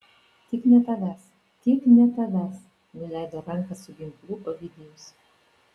tik ne tavęs tik ne tavęs nuleido ranką su ginklu ovidijus